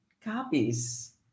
copies